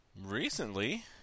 Recently